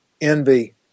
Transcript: envy